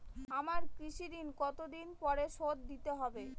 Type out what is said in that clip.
আমার কৃষিঋণ কতদিন পরে শোধ দিতে হবে?